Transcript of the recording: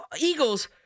Eagles